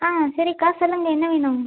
ஆ சரிக்கா சொல்லுங்கள் என்ன வேணும்